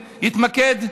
יתמקד,